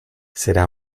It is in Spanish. será